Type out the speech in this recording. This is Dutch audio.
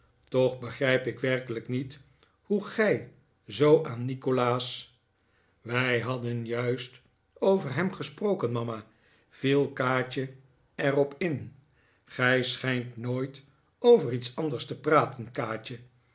toch begrijp ik werkelijk niet hoe gij zoo aan nikolaas wij hadden juist over hem gesproken mama viel kaatje er op in gij schijnt nooit over iets anders te praten kaatje